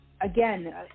again